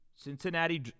Cincinnati